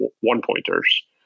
one-pointers